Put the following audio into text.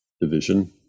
division